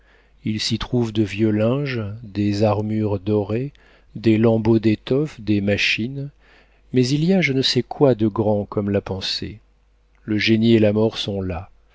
il s'y trouve de vieux linges des armures dorées des lambeaux d'étoffe des machines mais il y a je ne sais quoi de grand comme la pensée le génie et la mort sont là